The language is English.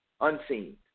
unseen